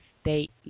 state